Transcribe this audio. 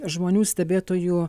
žmonių stebėtojų